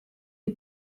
die